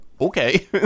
Okay